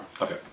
Okay